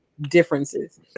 differences